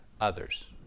others